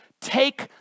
Take